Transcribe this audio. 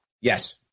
Yes